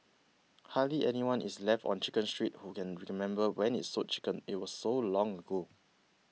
hardly anyone is left on Chicken Street who can remember when it sold chicken it was so long ago